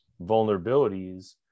vulnerabilities